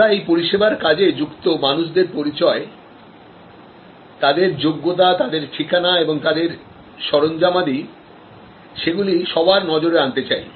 আমরা ইনটনঞ্জিবিলিটি নিয়ে আলোচনা করেছি আমরা দেখেছি যে ইনটনঞ্জিবিলিটির প্রতিক্রিয়া হিসাবে মার্কেটিং স্ট্রাটেজি কিভাবে কাজ করে আমরা একটা প্রাণবন্ত বাস্তব ভাবমূর্তি সবার দৃষ্টিগোচরে আনতে চাই